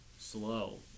slow